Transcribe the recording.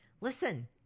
Listen